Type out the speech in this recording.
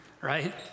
Right